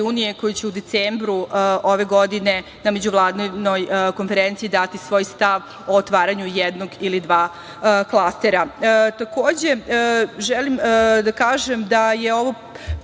koje će u decembru ove godine na Međuvladinoj konferenciji dati svoj stav o otvaranju jednog ili dva klastera. Želim da kažem da je ovo